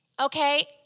okay